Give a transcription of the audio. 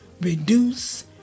reduce